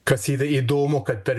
kas yra įdomu kad per